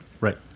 Right